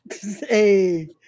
Hey